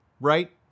right